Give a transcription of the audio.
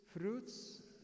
fruits